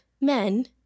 men